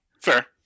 Fair